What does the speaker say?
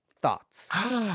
Thoughts